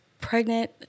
pregnant